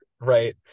Right